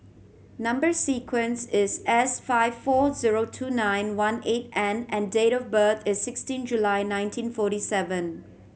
number sequence is S five four zero two nine one eight N and date of birth is sixteen July nineteen forty seven